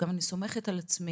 אני סומכת גם על עצמי.